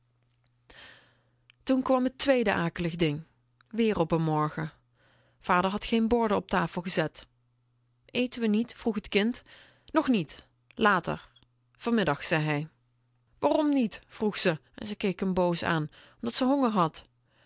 toen kwam t tweede akelige ding weer op n morgen vader had geen borden op tafel gezet eten we niet vroeg t kind nog niet later vanmiddag zei hij waarom niet vroeg ze en ze keek m boos aan omdat ze honger had